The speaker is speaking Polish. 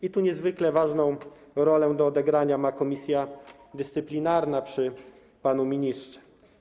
I tu niezwykle ważną rolę do odegrania ma Komisja Dyscyplinarna przy Ministrze.